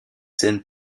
scènes